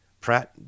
pratt